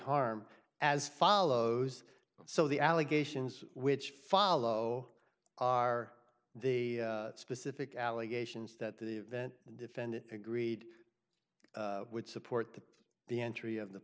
harm as follows so the allegations which follow are the specific allegations that the defendant agreed would support the the entry of the